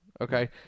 Okay